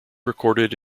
recorded